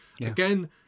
Again